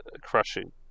crushing